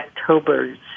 October